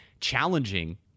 challenging